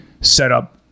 setup